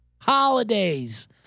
Holidays